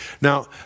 Now